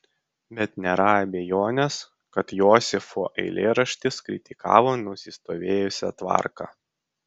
bet nėra abejonės kad josifo eilėraštis kritikavo nusistovėjusią tvarką